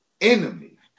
enemy